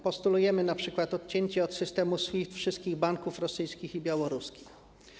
Postulujemy np. odcięcie od systemu SWIFT wszystkich banków rosyjskich i białoruskich.